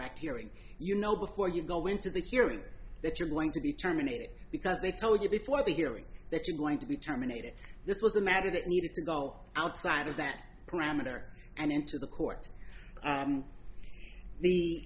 act hearing you know before you go into the hearing that you're going to be terminated because they told you before the hearing that you're going to be terminated this was a matter that needed to go outside of that parameter and into the court the the